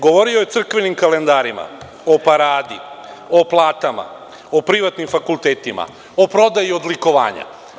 Govorio je o crkvenim kalendarima, o paradi, o platama, o privatnim fakultetima, o prodaji odlikovanja.